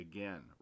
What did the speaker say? Again